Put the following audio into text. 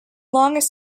longest